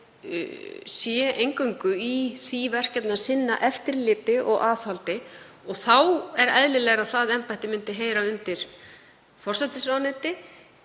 sé eingöngu í því verkefni að sinna eftirliti og aðhaldi. Og þá er eðlilegra að það embætti myndi heyra undir forsætisráðuneyti,